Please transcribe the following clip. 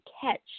catch